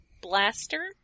Blaster